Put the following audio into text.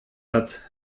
hat